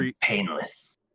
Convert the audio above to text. painless